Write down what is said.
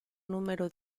numero